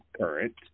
Current